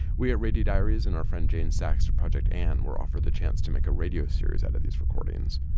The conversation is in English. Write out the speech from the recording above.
we at radio diaries and our friend jane saks from project and were offered the chance to make a radio series out of these recordings.